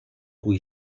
cui